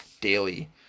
daily